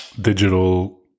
digital